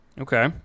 Okay